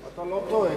אתה לא טועה.